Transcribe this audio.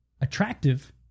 attractive